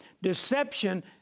Deception